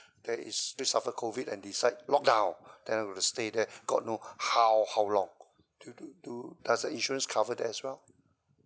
there is COVID and decide lock down then I will have to stay there god know how how long do do do does the insurance cover that as well